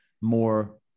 more